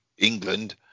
England